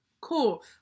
Cool